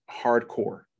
hardcore